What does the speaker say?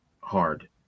hard